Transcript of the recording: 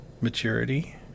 maturity